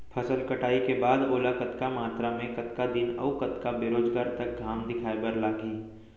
फसल कटाई के बाद ओला कतका मात्रा मे, कतका दिन अऊ कतका बेरोजगार तक घाम दिखाए बर लागही?